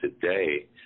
today